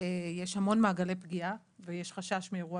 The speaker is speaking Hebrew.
יש המון מעגלי פגיעה ויש חשש מאירוע